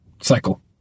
cycle